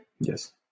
Yes